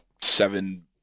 seven